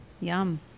Yum